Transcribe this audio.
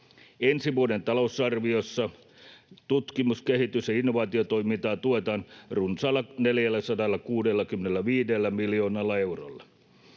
Ensi vuoden talousarviossa tutkimus-, kehitys- ja innovaatiotoimintaa tuetaan runsaalla 465 miljoonalla eurolla.